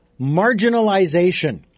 marginalization